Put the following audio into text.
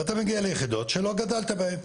אתה מגיע ליחידות שלא גדלת בהן.